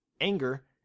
Anger